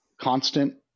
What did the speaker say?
constant